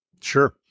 Sure